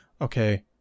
okay